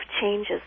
changes